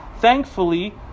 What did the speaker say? Thankfully